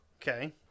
Okay